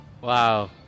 Wow